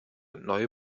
neue